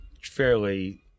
fairly